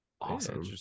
awesome